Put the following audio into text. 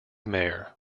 mayor